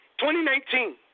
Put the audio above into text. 2019